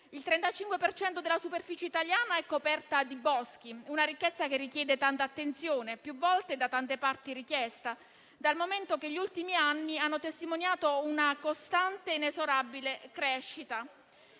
cento della superficie italiana è coperta da boschi, una ricchezza che richiede tanta attenzione, più volte e da tante parti invocata, dal momento che gli ultimi anni hanno testimoniato una costante e inesorabile crescita.